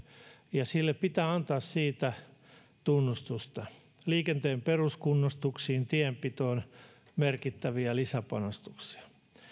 ja sille pitää antaa siitä tunnustusta liikenteen peruskunnostuksiin tienpitoon merkittäviä lisäpanostuksia